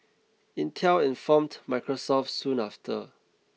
Intel informed Microsoft soon after